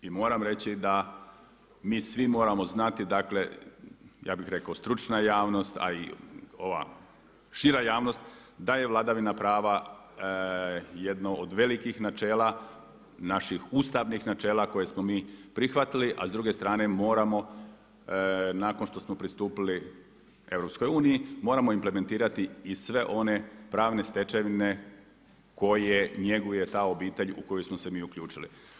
I moram reći da mi svi moramo znati, dakle ja bih rekao stručna javnost a i ova šira javnost da je vladavina prava jedno od velikih načela, naših ustavnih načela koje smo mi prihvatili a s druge strane moramo nakon što smo pristupili EU, moramo implementirati i sve one pravne stečevine koje njeguje ta obitelj u koju smo se mi uključili.